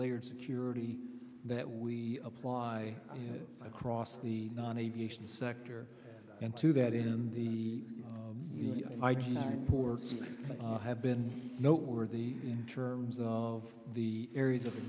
layered security that we apply across the non aviation sector and to that in the night ports have been no or the in terms of the areas of